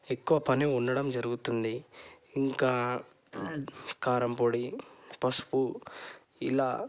ఎక్కువ పని ఉండడం జరుగుతుంది ఇంకా కారంపొడి పసుపు ఇలా